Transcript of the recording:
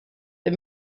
the